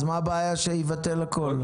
אז מה הבעיה שיבטל הכול?